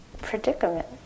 predicament